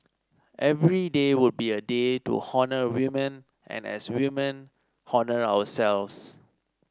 every day would be a day to honour women and as women honour ourselves